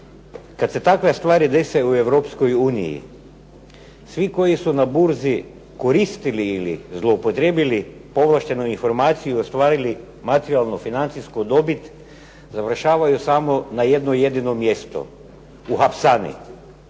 kad se takve stvari dese u Europskoj uniji svi koji su na burzi koristili ili zloupotrijebili povlaštenu informaciju i ostvarili materijalno-financijsku dobit završavaju samo na jedno jedino mjesto – u hapsani,